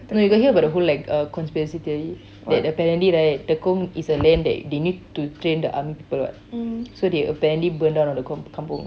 no you got hear about the conspiracy theory that the apparently right tekong is a land that they need to train the army people [what] so they apparently burn down all the kampung